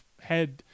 head